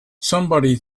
somebody